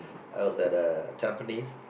I was at uh Tampines